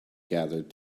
gathered